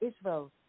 Israel